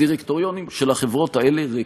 הדירקטוריונים של החברות האלה ריקים.